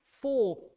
four